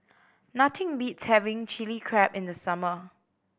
nothing beats having Chili Crab in the summer